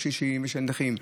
של קשישים ושל נכים.